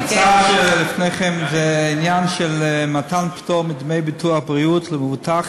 ההצעה שלפניכם היא בעניין של מתן פטור מדמי ביטוח בריאות למבוטח